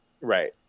Right